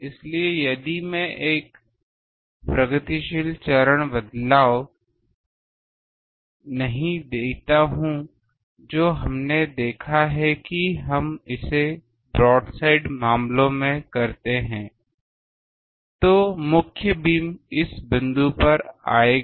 इसलिए यदि मैं एक प्रगतिशील चरण बदलाव नहीं देता हूं जो हमने देखा है कि हम इसे ब्रोडसाइड मामलों में करते हैं तो मुख्य बीम इस बिंदु पर आएगा